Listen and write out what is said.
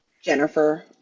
jennifer